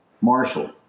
Marshall